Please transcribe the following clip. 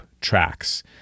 tracks